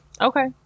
Okay